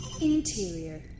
Interior